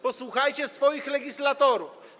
Posłuchajcie swoich legislatorów.